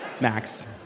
Max